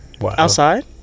Outside